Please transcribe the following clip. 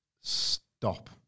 Stop